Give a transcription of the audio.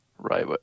Right